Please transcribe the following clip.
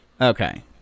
Okay